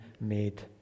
made